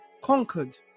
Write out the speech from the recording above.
conquered